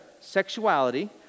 Sexuality